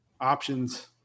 options